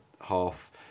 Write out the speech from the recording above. half